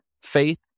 faith